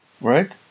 Right